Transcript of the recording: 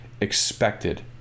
expected